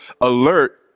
alert